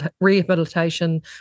rehabilitation